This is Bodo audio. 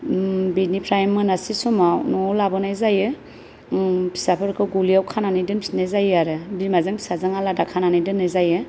बेनिफ्राय मोनासि समाव न'आव लाबोनाय जायो फिसाफोरखौ गलियाव खानानै दोनफिन्नाय जायो आरो बिमाजों फिसाजों आलादा खानानै दोन्नाय जायो